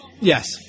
yes